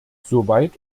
soweit